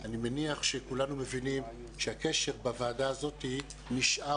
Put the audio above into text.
אני מניח שכולנו מבינים שהקשר בוועדה הזאת נשאר